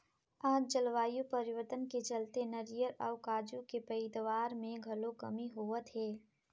आज जलवायु परिवर्तन के चलते नारियर अउ काजू के पइदावार मे घलो कमी होवत हे